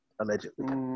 Allegedly